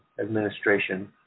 administration